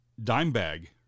Dimebag